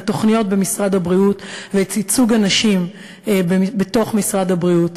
את התוכניות במשרד הבריאות ואת ייצוג הנשים בתוך משרד הבריאות.